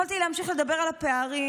יכולתי להמשיך לדבר על הפערים,